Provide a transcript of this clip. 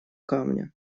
камня